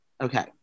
Okay